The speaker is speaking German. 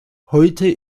heute